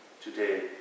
Today